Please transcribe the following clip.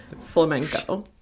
Flamenco